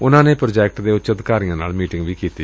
ਉਨੂਾ ਨੇ ਪ੍ਰਾਜੈਕਟ ਦੇ ਉੱਚ ਅਧਿਕਾਰੀਆਂ ਨਾਲ ਮੀਟਿੰਗ ਕੀਤੀ